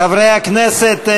חברי הכנסת,